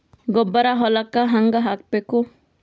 ಗೊಬ್ಬರ ಹೊಲಕ್ಕ ಹಂಗ್ ಹಾಕಬೇಕು?